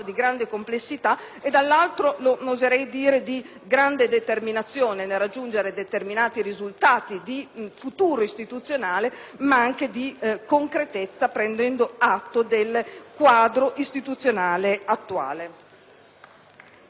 e, dall'altro, oserei dire, di grande determinazione nel raggiungere determinati risultati di futuro istituzionale, ma anche di concretezza prendendo atto del quadro istituzionale attuale.